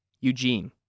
Eugene